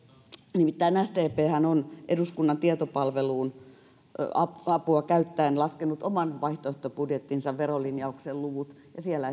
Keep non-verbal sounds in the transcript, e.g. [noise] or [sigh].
nimittäin sdphän on eduskunnan tietopalvelun apua apua käyttäen laskenut oman vaihtoehtobudjettinsa verolinjauksen luvut ja siellä [unintelligible]